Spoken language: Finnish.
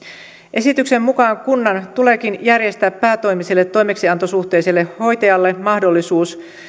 esityksen mukaan kunnan tuleekin järjestää päätoimiselle toimeksiantosuhteiselle hoitajalle mahdollisuus